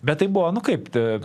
bet tai buvo nu kaip